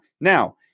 Now